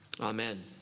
amen